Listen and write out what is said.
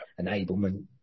enablement